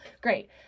Great